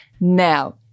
now